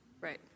Right